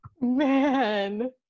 Man